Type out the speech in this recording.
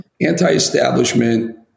anti-establishment